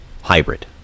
hybrid